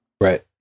Right